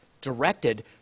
directed